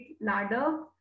ladder